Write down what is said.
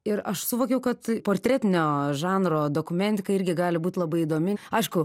ir aš suvokiau kad portretinio žanro dokumentika irgi gali būt labai įdomi aišku